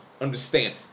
understand